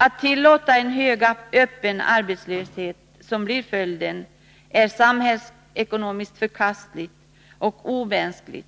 Att tillåta en hög öppen arbetslöshet, som blir följden, är samhällsekonomiskt förkastligt och omänskligt.